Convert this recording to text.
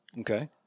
Okay